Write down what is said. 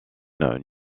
new